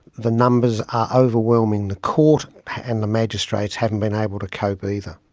the numbers are overwhelming the court and the magistrates haven't been able to cope either.